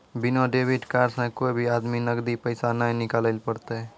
बिना debit card से कोय भी आदमी नगदी पैसा नाय निकालैल पारतै